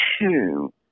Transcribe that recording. two